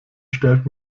stellt